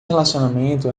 relacionamento